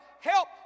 help